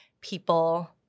people